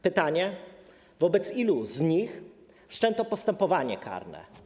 Pytanie: Wobec ilu z nich wszczęto postępowanie karne?